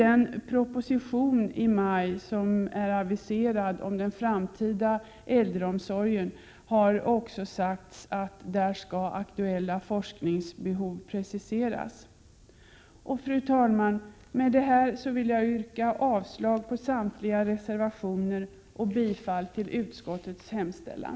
En proposition aviseras i maj om den framtida äldreomsorgen, och det har också sagts att aktuella forskningsbehov skall preciseras där. Fru talman! Med detta vill jag yrka avslag på samtliga reservationer och bifall till utskottets hemställan.